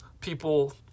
people